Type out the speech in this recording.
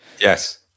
Yes